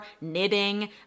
knitting